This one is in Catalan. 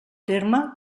terme